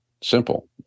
simple